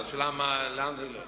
אז השאלה היא לאן זה ילך.